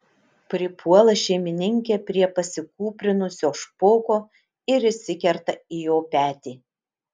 pripuola šeimininkė prie pasikūprinusio špoko ir įsikerta į jo petį